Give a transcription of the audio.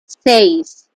seis